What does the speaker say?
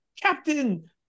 Captain